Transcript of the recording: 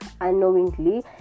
unknowingly